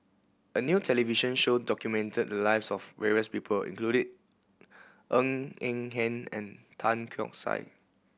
a new television show documented the lives of various people including Ng Eng Hen and Tan Keong Saik